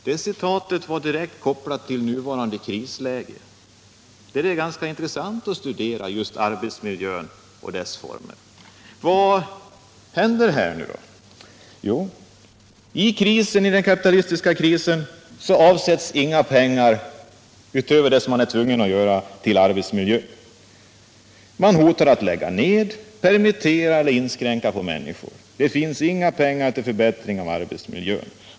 Det citatet var direkt kopplat till det nuvarande krisläget, och det är ganska intressant att studera vad som händer med arbetsmiljön just nu. I den kapitalistiska krisen avsätts inga pengar utöver det som är tvunget till arbetsmiljön. Man hotar med att lägga ned, permittera eller inskränka driften. Det finns inga pengar till förbättringar av arbetsmiljön.